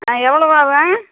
ஆ எவ்வளோவு ஆகும்